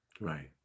Right